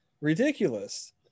ridiculous